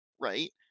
right